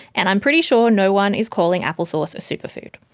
and i'm pretty sure no one is calling applesauce a superfood.